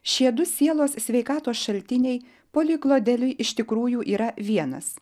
šie du sielos sveikatos šaltiniai poliui klodeliui iš tikrųjų yra vienas